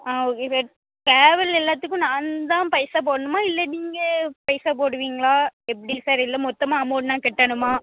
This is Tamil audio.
ஆ ஓகே சார் ட்ராவல் எல்லாத்துக்கும் நான் தான் பைசா போடணுமா இல்லை நீங்கள் பைசா போடுவீங்களா எப்படி சார் இல்லை மொத்தமாக அமௌண்ட் நான் கட்டணுமா